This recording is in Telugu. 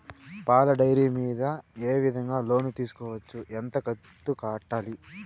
పాల డైరీ మీద ఏ విధంగా లోను తీసుకోవచ్చు? ఎంత కంతు కట్టాలి?